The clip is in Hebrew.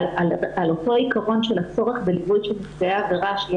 אבל אותו עקרון של הצורך בליווי של נפגעי עבירה שיהיה